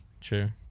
true